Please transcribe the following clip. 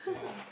yeah